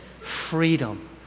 Freedom